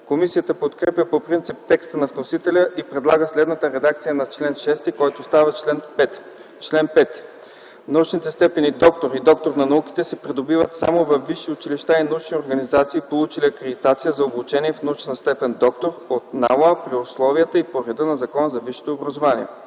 Комисията подкрепя по принцип текста на вносителя и предлага следната редакция на чл. 6, който става чл. 5: „Чл.5. (1) Научните степени „доктор” и „доктор на науките” се придобиват само във висши училища и научни организации, получили акредитация за обучение в научна степен ”доктор” от НАОА, при условията и по реда на Закона за висшето образование.